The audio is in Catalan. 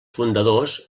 fundadors